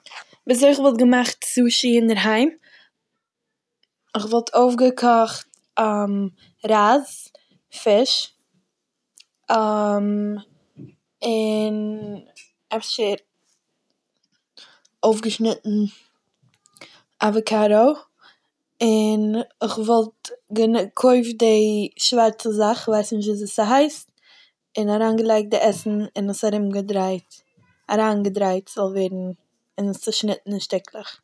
ווי אזוי איך וואלט געמאכט סושי אינדערהיים, איך וואלט אויפגעקאכט רייז, פיש, און אפשר אויפגעשניטן אוועקאדאו, און כ'וואלט גענו- געקויפט די שווארצע זאך, כ'ווייסט נישט ווי אזוי ס'הייסט, און אריינגעלייגט די עסן אין עס ארומגעדרייט- אריינגעדרייט ס'זאל ווערן און עס צושניטן אין שטיקלעך.